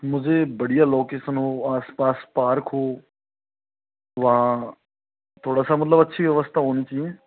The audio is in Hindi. मुझे बढ़िया लोकेशन हो आसपास पार्क हो वहाँ थोड़ा सा मतलब अच्छी व्यवस्था होनी चहिए